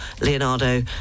Leonardo